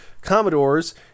Commodores